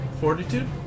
fortitude